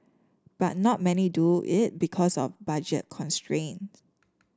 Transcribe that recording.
but not many do it because of budget constraints